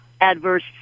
adverse